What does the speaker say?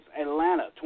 Atlanta